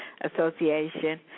Association